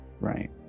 Right